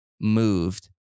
moved